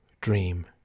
dream